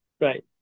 right